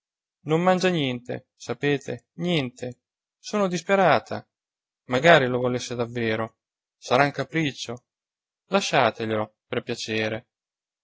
non mangia niente sapete niente sono disperata magari lo volesse davvero sarà un capriccio lasciateglielo per piacere